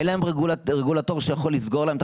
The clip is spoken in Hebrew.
אין להן רגולטור שיכול לסגור להן את